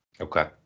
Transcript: Okay